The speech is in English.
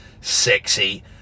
sexy